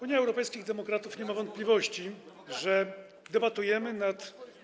Unia Europejskich Demokratów nie ma wątpliwości, że debatujemy nad.